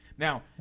Now